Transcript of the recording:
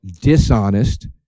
Dishonest